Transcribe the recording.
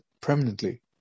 permanently